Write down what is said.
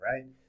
right